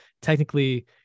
technically